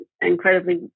incredibly